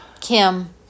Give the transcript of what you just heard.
Kim